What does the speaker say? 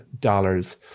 dollars